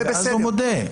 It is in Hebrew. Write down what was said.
הוא מודה.